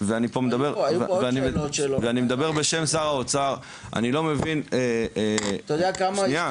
ואני מדבר בשם שר האוצר --- אתה יודע כמה